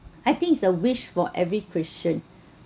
I think it's a wish for every christian